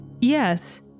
Yes